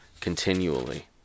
continually